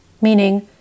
meaning